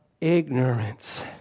ignorance